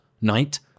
night